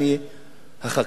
החקלאים פושטים רגל